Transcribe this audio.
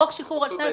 חוק שחרור על תנאי,